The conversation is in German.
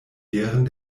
deren